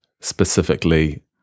specifically